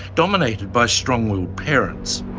dominated by strong-willed parents.